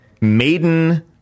Maiden